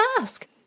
ask